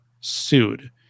sued